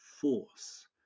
force